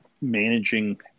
managing